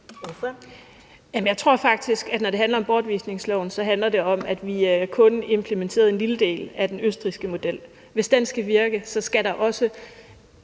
Jeg tror faktisk, at når det handler om bortvisningsloven, så handler det om, at vi kun implementerede en lille del af den østrigske model. Hvis den skal virke, skal der også